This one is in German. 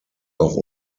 auch